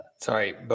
Sorry